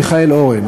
מיכאל אורן,